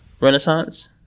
Renaissance